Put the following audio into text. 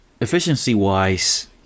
Efficiency-wise